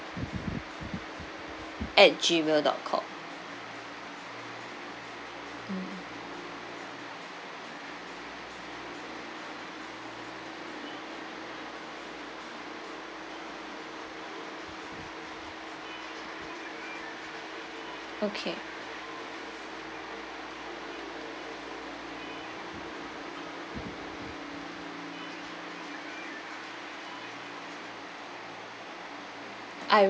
at gmail dot com mm okay I'll